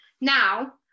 Now